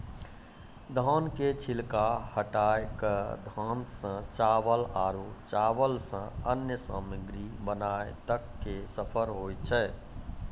धान के छिलका हटाय कॅ धान सॅ चावल आरो चावल सॅ अन्य सामग्री बनाय तक के सफर होय छै